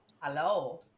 Hello